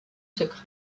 secret